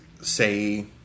say